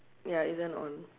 ya isn't on